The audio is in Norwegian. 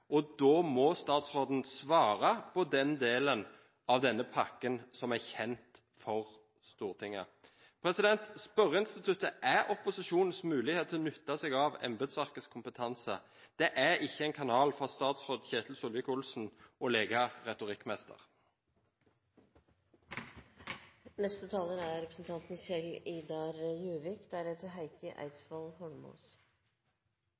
og da må statsråden svare på den delen av denne pakken som er kjent for Stortinget. Spørreinstituttet er opposisjonens mulighet til å benytte seg av embetsverkets kompetanse. Det er ikke en kanal for statsråd Ketil Solvik-Olsen til å leke retorikkmester. Jeg skal forsøke å fatte meg i korthet. Det er